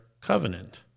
covenant